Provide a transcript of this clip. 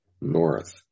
North